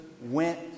went